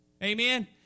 Amen